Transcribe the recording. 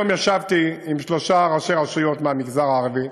היום ישבתי עם שלושה ראשי רשויות מהמגזר הערבי.